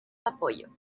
apoyo